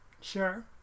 Sure